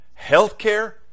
healthcare